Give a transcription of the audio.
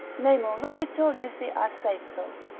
nemo laeditur nisi a seipso.